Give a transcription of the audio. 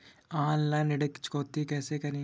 Online ऋण चुकौती कैसे करें?